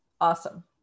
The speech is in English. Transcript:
awesome